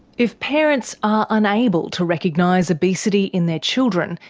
if parents are unable to recognise obesity in their children,